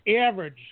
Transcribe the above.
average